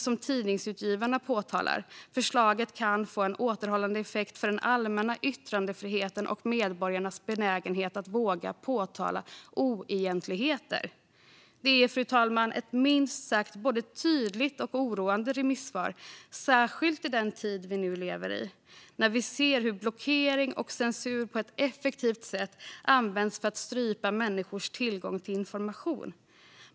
Som Tidningsutgivarna påtalar kan förslaget också få en återhållande effekt för den allmänna yttrandefriheten och medborgarnas benägenhet att våga påtala oegentligheter. Det är, fru talman, ett minst sagt både tydligt och oroande remissvar. Det gäller särskilt i den tid vi nu lever i, när vi ser hur blockering och censur på ett effektivt sätt används för att strypa människors tillgång till information.